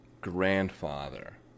grandfather